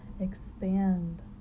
expand